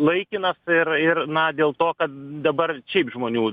laikinas ir ir na dėl to kad dabar šiaip žmonių